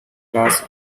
class